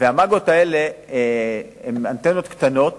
והמג"אות האלה הן אנטנות קטנות